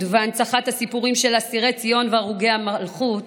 והנצחה של הסיפורים של אסירי ציון והרוגי המלכות